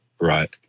right